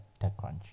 TechCrunch